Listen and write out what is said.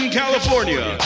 california